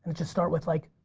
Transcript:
it should start with like,